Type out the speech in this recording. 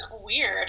weird